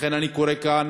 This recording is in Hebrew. לכן אני קורא כאן